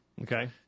Okay